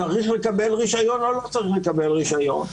צריך לקבל רישיון או לא צריך לקבל רישיון.